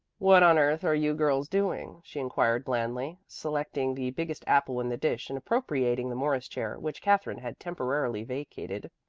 what on earth are you girls doing? she inquired blandly, selecting the biggest apple in the dish and appropriating the morris chair, which katherine had temporarily vacated.